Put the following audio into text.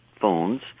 phones